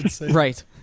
right